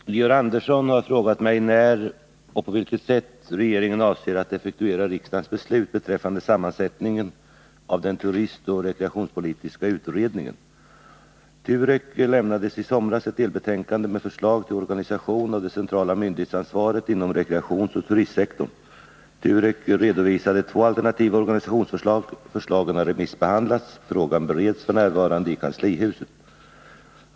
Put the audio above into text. Herr talman! Georg Andersson har frågat mig när och på vilket sätt regeringen avser att effektuera riksdagens beslut beträffande sammansättningen av den turistoch rekreationspolitiska utredningen . TUREK lämnade i somras ett delbetänkande med förslag till organisation av det centrala myndighetsansvaret inom rekreationsoch turistsektorn. TUREK redovisade två alternativa organisationsförslag. Förslagen har remissbehandlats, och frågan bereds f. n. i kanslihuset.